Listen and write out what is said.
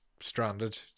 stranded